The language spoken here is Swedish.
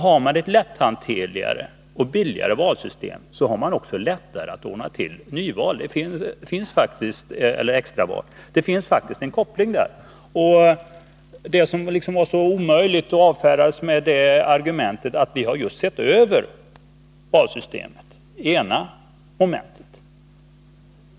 Har man ett lätthanterligt och billigt valsystem, har man också lättare att ordna extraval — det finns faktiskt en koppling där. Men allting är så omöjligt, och vår argumentation avfärdas. Vi har ju just sett över valsystemet, säger man i ena momentet.